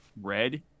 Red